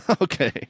Okay